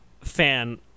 fan